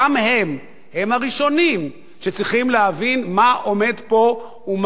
הם הראשונים שצריכים להבין מה עומד פה ומה מונח על כפות